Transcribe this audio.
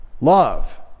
love